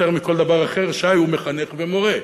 יותר מכל דבר אחר, שי הוא מחנך ומורה.